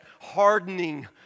hardening